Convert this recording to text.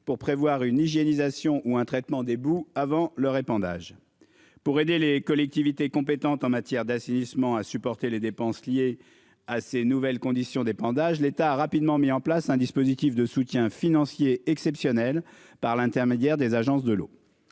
pour prévoir une hygiène Isa Sion ou un traitement des boues avant leur épandage pour aider les collectivités compétentes en matière d'assainissement à supporter les dépenses liées à ces nouvelles conditions d'épandage. L'État a rapidement mis en place un dispositif de soutien financier exceptionnel par l'intermédiaire des agences de l'eau.